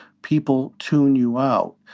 people tune you out.